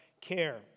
care